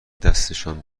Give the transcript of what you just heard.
دستشان